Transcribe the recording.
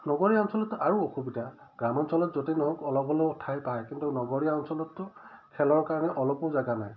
নগৰীয়া অঞ্চলত আৰু অসুবিধা গ্ৰাম্যাঞ্চলত য'তে নহওক অলপ হ'লেও ঠাই পায় কিন্তু নগৰীয়া অঞ্চলততো খেলৰ কাৰণে অলপো জেগা নাই